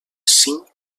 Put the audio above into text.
cinc